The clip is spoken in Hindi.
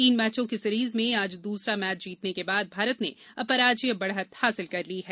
तीन मैंचों की सीरीज में आज दूसरा मैच जीतने के बाद भारत ने अपराजए बढ़त हासिल कर ली है